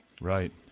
Right